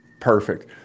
Perfect